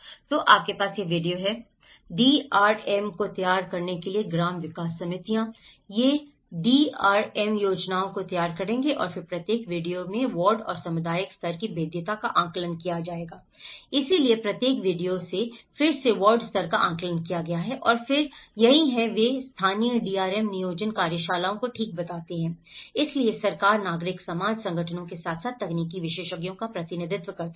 तो आपके पास ये वीडीसी हैं डीआरएम को तैयार करने के लिए ग्राम विकास समितियां वे डीआरएम योजनाओं को तैयार करेंगे और फिर प्रत्येक वीडीसी में वार्ड और सामुदायिक स्तर की भेद्यता का आकलन किया गया था इसलिए प्रत्येक वीडीसी में फिर से वार्ड स्तर का आकलन किया गया है और फिर यहीं है वे स्थानीय डीआरएम नियोजन कार्यशालाओं को ठीक बनाते हैं इसलिए सरकार नागरिक समाज संगठनों के साथ साथ तकनीकी विशेषज्ञों का प्रतिनिधित्व करते हैं